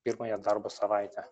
pirmąją darbo savaitę